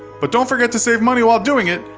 but don't forget to save money while doing it.